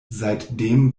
seitdem